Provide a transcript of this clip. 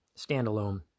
standalone